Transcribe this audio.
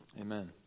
Amen